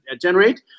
generate